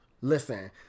listen